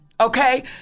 okay